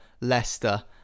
Leicester